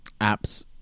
apps